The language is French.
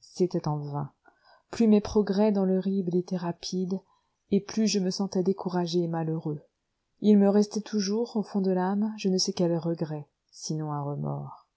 c'était en vain plus mes progrès dans l'horrible étaient rapides et plus je me sentais découragé et malheureux il me restait toujours au fond de l'âme je ne sais quel regret sinon un remords